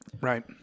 Right